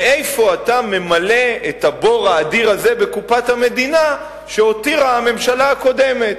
מאיפה אתה ממלא את הבור האדיר הזה בקופת המדינה שהותירה הממשלה הקודמת.